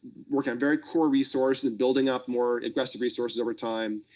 working on very core resource and building up more aggressive resources over time.